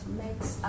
makes